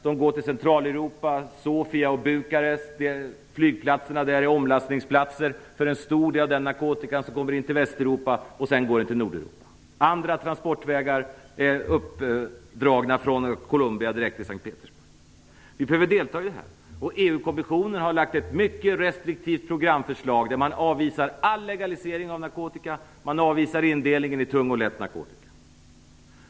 De går till Centraleuropa. Flygplatserna i Sofia och Bukarest är omlastningsplatser för en stor del av den narkotika som kommer till Västeuropa och sedan går till Nordeuropa. Andra transportvägar är uppdragna från Colombia direkt till St Petersburg. Vi behöver delta i detta arbete. EU-kommissionen har lagt fram ett mycket restriktivt programförslag där man avvisar all legalisering av narkotika. Man avvisar indelningen i tung och lätt narkotika.